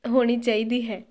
ਹੋਣੀ ਚਾਹੀਦੀ ਹੈ